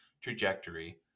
trajectory